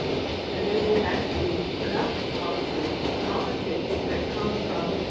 and then you have to put up with all of the politics that come from,